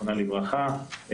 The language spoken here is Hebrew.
זיכרונה לברכה,